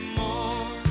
more